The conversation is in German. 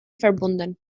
verbunden